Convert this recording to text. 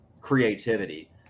creativity